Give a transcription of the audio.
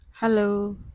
hello